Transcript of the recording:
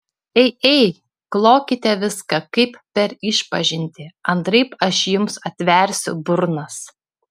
ei ei klokite viską kaip per išpažintį antraip aš jums atversiu burnas